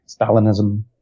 Stalinism